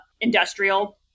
industrial